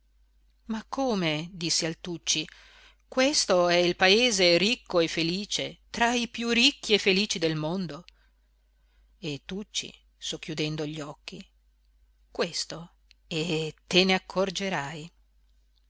ma come dissi al tucci questo è il paese ricco e felice tra i piú ricchi e felici del mondo e tucci socchiudendo gli occhi questo e te ne accorgerai